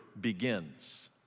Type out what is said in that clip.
begins